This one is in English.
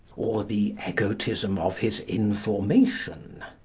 or the egotism of his information.